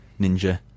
ninja